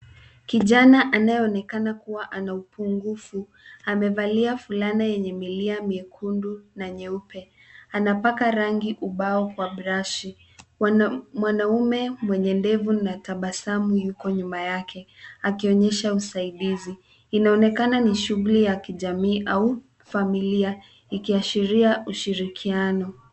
Kijana anayeonekana kuwa na upungufu amevalia fulana yenye milia mekundu na meupe. Anapaka rangi ubao kwa brashi. Mwanaume mwenye ndevu na tabasamu yuko nyuma yake akionyesha usaidizi. Inaonekana ni shughuli ya kijamii au familia ikiashiria ushirikiano.